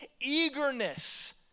eagerness